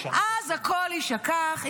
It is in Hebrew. הכול יישכח.